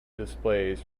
displays